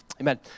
Amen